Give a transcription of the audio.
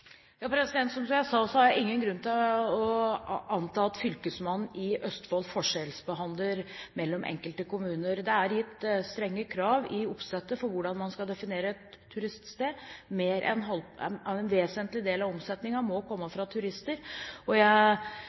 Som jeg sa, har jeg ingen grunn til å anta at fylkesmannen i Østfold driver forskjellsbehandling mellom enkelte kommuner. Det er gitt strenge krav i oppsettet for hvordan man skal definere et turiststed. En vesentlig del av omsetningen må komme fra turister, og jeg